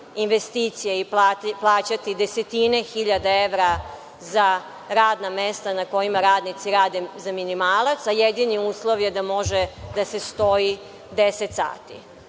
investicije i plaćati desetine hiljada evra za radna mesta na kojima radnici rade za minimalac, a jedini uslov je da može da se stoji 10 sati? Mi